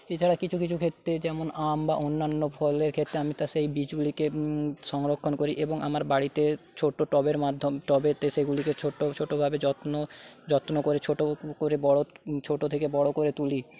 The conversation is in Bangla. এছাড়া কিছু কিছু ক্ষেত্রে যেমন আম বা অন্যান্য ফল ফলের ক্ষেত্রে আমি তা সেই বীজগুলিকে সংরক্ষণ করি এবং আমার বাড়িতে ছোটো টবের মাধ্যমে টবেতে সেগুলিকে ছোটো ছোটোভাবে যত্ন যত্ন করে ছোটো করে বড়ো ছোটো থেকে বড়ো করে তুলি